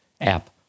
app